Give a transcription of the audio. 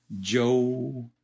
Joe